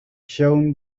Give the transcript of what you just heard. shown